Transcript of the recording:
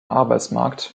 arbeitsmarkt